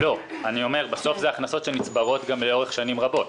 לא, מדובר בהכנסות שנצברות לאורך שנים רבות.